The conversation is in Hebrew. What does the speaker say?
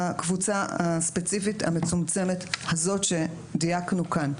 אני מאפשרת אותו בקבוצה הספציפית המצומצמת הזאת שדייקנו כאן.